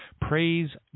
Praise